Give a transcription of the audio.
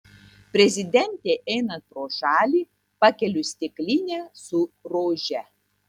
prezidentei einant pro šalį pakeliu stiklinę su rože